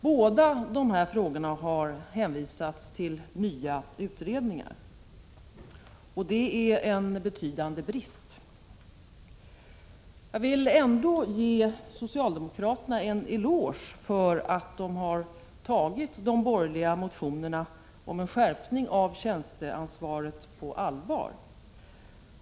Båda dessa frågor har hänvisats till nya utredningar, och det är en betydande brist. Jag vill ändå ge socialdemokraterna en eloge för att de har tagit de borgerliga motionerna om en skärpning av tjänsteansvaret på allvar.